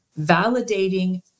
validating